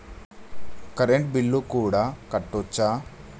Current bill కూడా కట్టొచ్చా?